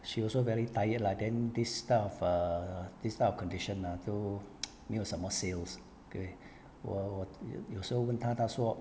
she also very tired lah then this type of err this type of condition ah 都 没有什么 sales okay 我我有时候问他他说